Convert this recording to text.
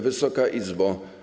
Wysoka Izbo!